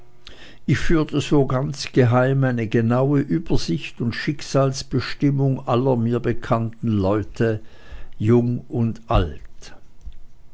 ich führte so ganz im geheimen eine genaue übersicht und schicksalsbestimmung aller mir bekannten leute jung und alt